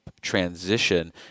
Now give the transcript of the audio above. transition